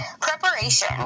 Preparation